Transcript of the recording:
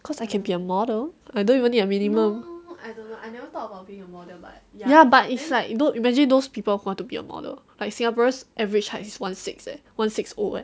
cause I can be a model I don't even need a minimum ya but it's like imagine those people who are to be a model like singaporean's average height is one six one six O eh